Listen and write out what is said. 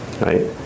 Right